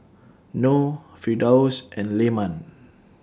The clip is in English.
Noh Firdaus and Leman